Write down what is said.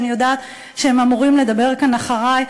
שאני יודעת שהם אמורים לדבר כאן אחרי.